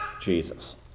Jesus